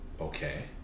Okay